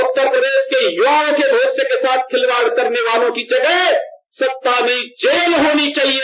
उत्तर प्रदेश के युवाओं के भविष्य के साथ खिलावाड़ करने वालों की जगह सत्ता नहीं जेल होनी चाहिए